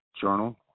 Journal